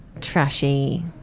trashy